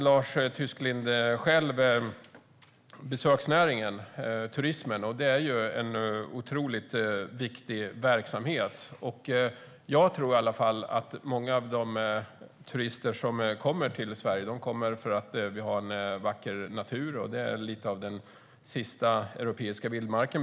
Lars Tysklind nämnde besöksnäringen - turismen. Det är en otroligt viktig verksamhet. Jag tror att många av de turister som kommer till Sverige kommer hit för att vi har en vacker natur. Man brukar ibland säga att det är lite grann av den sista europeiska vildmarken.